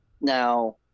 Now